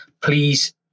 Please